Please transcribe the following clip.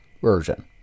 version